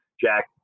Jack